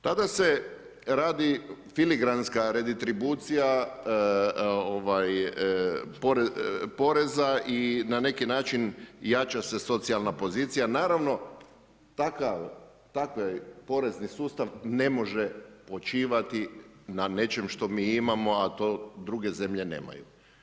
Tada se radi filigranska reditribucija poreza i na neki način jača se socijalna pozicija, naravno takav porezni sustav ne može počivati na nečem što mi imamo, a to druge zemlje nemaju.